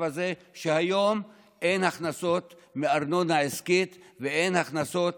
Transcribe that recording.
הזה שהיום אין הכנסות מארנונה עסקית ואין הכנסות